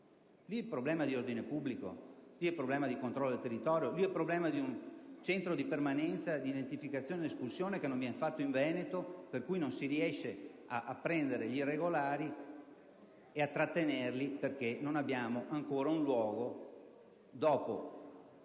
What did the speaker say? Lì è un problema di ordine pubblico, di controllo del territorio, di un centro di permanenza, identificazione e espulsione che non viene realizzato in Veneto, per cui non si riesce a prendere gli irregolari e a trattenerli perché non abbiamo ancora un luogo, dopo